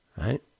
Right